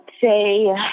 say